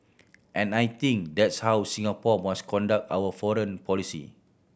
and I think that's how Singapore must conduct our foreign policy